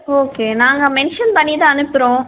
okay நாங்கள் mention பண்ணி தான் அனுப்புகிறோம்